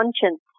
conscience